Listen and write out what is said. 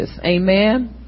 amen